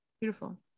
Beautiful